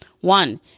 One